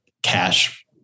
cash